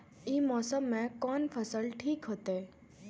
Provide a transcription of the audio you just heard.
ई मौसम में कोन फसल ठीक होते?